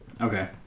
Okay